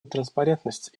транспарентность